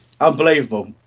Unbelievable